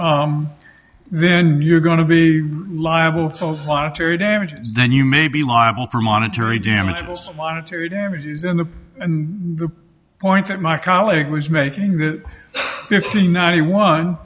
then you're going to be liable for a lot of very damaging then you may be liable for monetary damages monetary damages and the and the point that my colleague was making that fifty ninety one